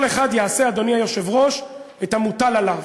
כל אחד יעשה, אדוני היושב-ראש, את המוטל עליו.